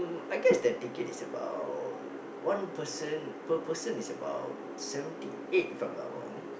I guess that ticket is about one person per person is about seventy eight if I'm not wrong